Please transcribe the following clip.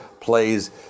plays